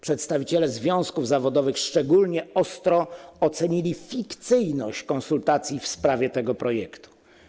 Przedstawiciele związków zawodowych szczególnie ostro ocenili fikcyjność konsultacji w sprawie tego projektu.